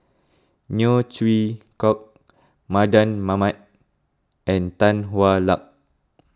Neo Chwee Kok Mardan Mamat and Tan Hwa Luck